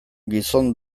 gizon